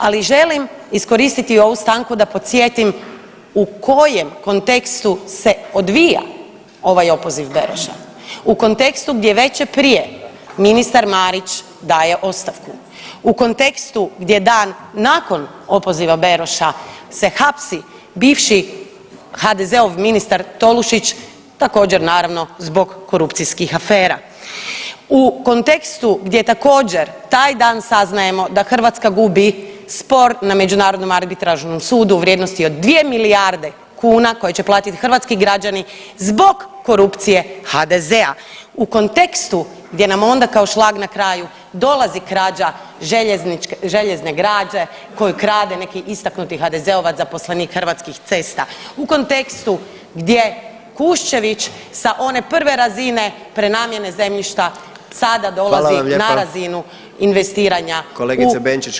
Ali želim iskoristi ovu stanku da podsjetim u kojem kontekstu se odvija ovaj opoziv Beroša, u kontekstu gdje večer prije ministar Marić daje ostavku, u kontekstu gdje dan nakon opoziva Beroša se hapsi bivši HDZ-ov ministar Tolušić također naravno zbog korupcijskih afera, u kontekstu gdje također taj dan saznajemo da Hrvatska gubi spor na međunarodnom arbitražnom sudu u vrijednosti od dvije milijarde kuna koje će platiti hrvatski građani zbog korupcije HDZ-a, u kontekstu gdje nam onda kao šlag na kraju dolazi krađa željezne građe koju krade neki istaknuti HDZ-ovac zaposlenik Hrvatskih cesta, u kontekstu gdje Kuščević sa one prve razine prenamijene zemljišta sada dolazi na razinu investiranja u, u obnovljive izvore energije.